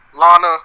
Lana